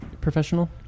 professional